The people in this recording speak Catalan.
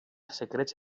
secrets